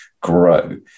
grow